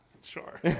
Sure